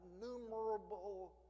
innumerable